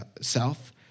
south